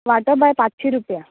वाटो बाय पांचशीं रुपया